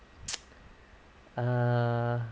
err